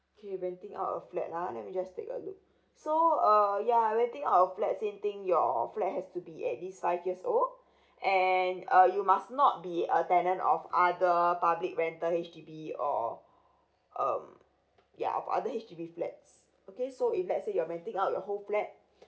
okay renting out a flat ah let me just take a look so uh yeah renting out a flat same thing your flat has to be at least five years old and uh you must not be a tenant of other public rental H_D_B or um yeah of other H_D_B flats okay so if let's say you're renting out your whole flat